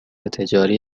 تجاری